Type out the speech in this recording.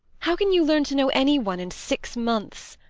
how can you learn to know any one in six months?